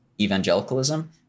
evangelicalism